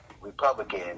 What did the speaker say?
Republican